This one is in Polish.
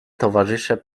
towarzysze